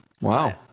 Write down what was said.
Wow